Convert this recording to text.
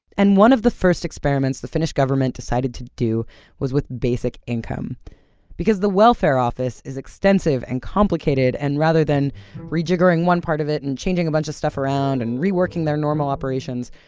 and one of the first experiments the finnish government decided to do was with basic income because the welfare office is extensive and complicated. and rather than rejiggering one part of it and changing a bunch of stuff around and reworking their normal operations,